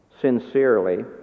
sincerely